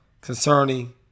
concerning